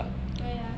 对啊